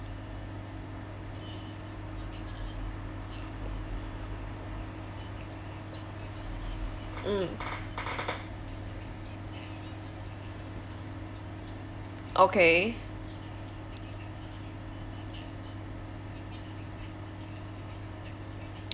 mm okay